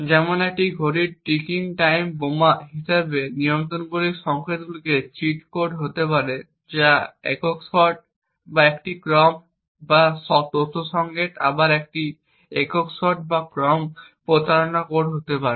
যেমন একটি ঘড়ি টিকিং টাইম বোমা হিসাবে নিয়ন্ত্রণ সংকেতগুলি চিট কোড হতে পারে যা একক শট বা একটি ক্রম বা তথ্য সংকেত আবার একটি একক শট বা ক্রম প্রতারণা কোড হতে পারে